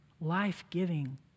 life-giving